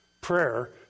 prayer